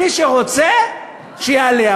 מי שרוצה, שיעלה.